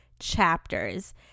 chapters